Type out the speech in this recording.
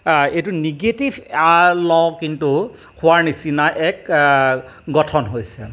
এইটো নিগেটিভ ল' কিন্তু হোৱাৰ নিচিনা এক গঠন হৈছে